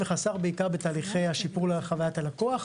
וחסך בעיקר בתהליכי השיפור לחוויית הלקוח.